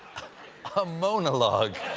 ah moan-a-logue.